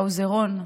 האוזרון.